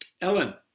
Ellen